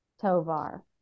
Tovar